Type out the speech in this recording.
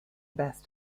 best